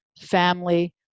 family